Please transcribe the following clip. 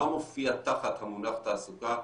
מה מופיע תחת המונח תעסוקה?